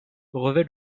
revêt